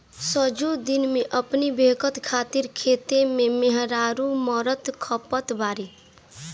सजो दिन अपनी बेकत खातिर खेते में मेहरारू मरत खपत बाड़ी